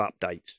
updates